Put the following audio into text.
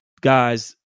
guys